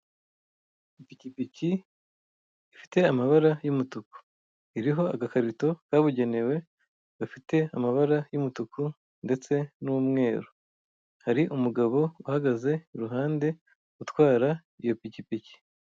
Ipikipiki ifite amabara y'umutuku, iriho agakarito kabugenewe gafite amabara y'umutuku ndetse n'umweru. Hari umugabo uhagaze iruhande utwara iyo pikipiki.